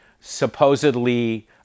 supposedly